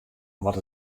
wat